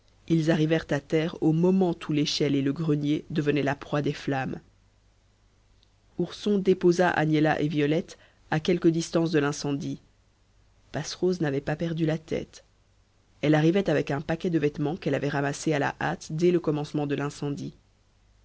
ils arrivèrent à terre au moment où l'échelle et le grenier devenaient la proie des flammes illustration mais ourson aussi ne put ouvrir la porte ourson déposa agnella et violette à quelque distance de l'incendie passerose n'avait pas perdu la tête elle arrivait avec un paquet de vêtements qu'elle avait rassemblés à la hâte dès le commencement de l'incendie